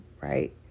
Right